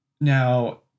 now